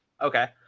Okay